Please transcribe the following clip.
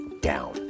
down